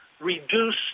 reduce